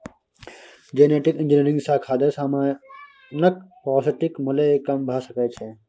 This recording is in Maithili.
जेनेटिक इंजीनियरिंग सँ खाद्य समानक पौष्टिक मुल्य कम भ सकै छै